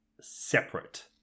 separate